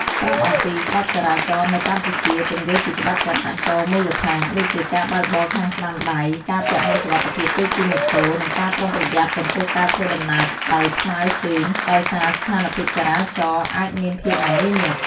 ប្រាប់អំពីច្បាប់ចរាចរណ៍នៅកម្ពុជាពន្យល់ពីច្បាប់ចរាចរណ៍មូលដ្ឋាន ដូចជាការបើកបរខាងស្ដាំដៃ ការពាក់មួកសុវត្ថិភាពពេលជិះម៉ូតូ និងការប្រុងប្រយ័ត្នចំពោះការធ្វើដំណើរដោយថ្មើរជើង ដោយសារស្ថានភាពចរាចរណ៍អាចមានភាពមមាញឹក។